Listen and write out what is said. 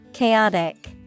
Chaotic